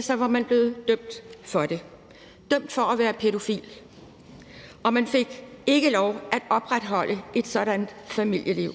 så var man blevet dømt for det – dømt for at være pædofil, og man fik ikke lov at opretholde et sådant familieliv.